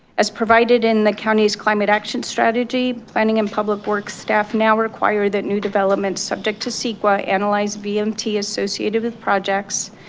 as provided in the counties climate action strategy, planning and public works staff now require that new developments subject to ceqa analyze vmt associated with projects,